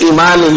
Iman